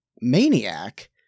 maniac